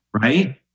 right